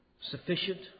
sufficient